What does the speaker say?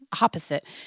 opposite